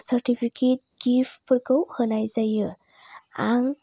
certificate गिफ्तफोरखौ होनाय जायो आं